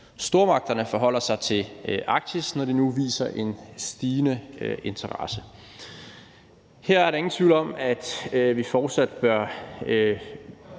stormagterne forholder sig til Arktis, når de nu viser en stigende interesse.